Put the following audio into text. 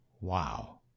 Wow